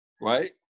Right